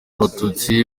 abatutsi